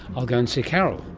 i'll go and see carol,